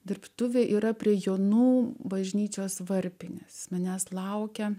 dirbtuvė yra prie jonų bažnyčios varpinės manęs laukia